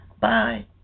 Bye